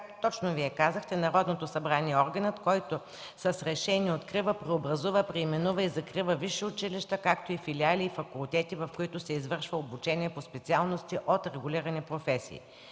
както Вие казахте, Народното събрание е органът, който с решение открива, преобразува, преименува и закрива висши училища, както и филиали и факултети, в които се извършва обучение по специалности от регулирани професии.